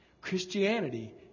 Christianity